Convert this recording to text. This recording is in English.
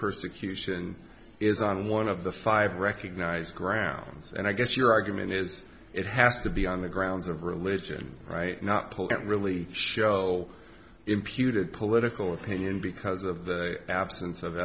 persecution is on one of the five recognized grounds and i guess your argument is it has to be on the grounds of religion right not pulled out really show imputed political opinion because of the absence of